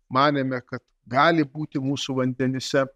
manėme kad gali būti mūsų vandenyse